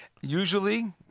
Usually